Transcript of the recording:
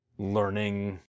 learning